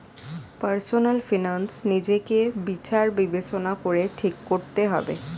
personal finance নিজেকে বিচার বিবেচনা করে ঠিক করতে হবে